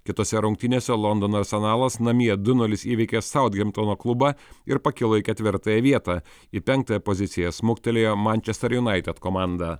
kitose rungtynėse londono arsenalas namie du nulis įveikė saudhemptono klubą ir pakilo į ketvirtąją vietą į penktąją poziciją smuktelėjo mančester junaited komanda